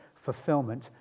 fulfillment